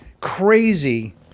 crazy